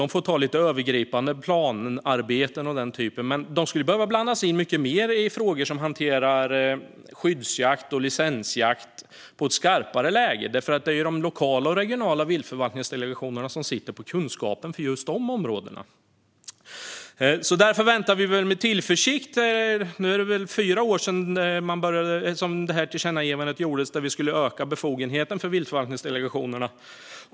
De får ta beslut om lite övergripande planarbeten och den typen av arbete, men de skulle behöva blandas in mycket mer i frågor som hanterar skyddsjakt och licensjakt i ett skarpare läge. Det är ju de lokala och regionala viltförvaltningsdelegationerna som sitter på kunskapen om dessa områden. Därför väntar vi med tillförsikt. Nu är det väl fyra år sedan riksdagen riktade ett tillkännagivande till regeringen om att öka befogenheten för viltförvaltningsdelegationerna.